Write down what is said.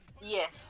Yes